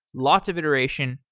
lots of iteration,